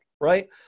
right